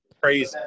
Crazy